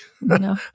No